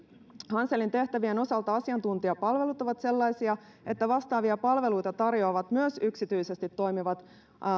hanselin tehtävien osalta asiantuntijapalvelut ovat sellaisia että vastaavia palveluita tarjoavat myös yksityisesti toimivat